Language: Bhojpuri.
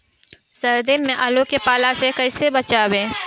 सर्दी में आलू के पाला से कैसे बचावें?